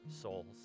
souls